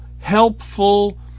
helpful